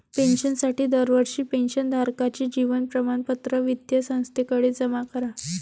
पेन्शनसाठी दरवर्षी पेन्शन धारकाचे जीवन प्रमाणपत्र वित्तीय संस्थेकडे जमा करा